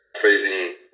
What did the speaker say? phrasing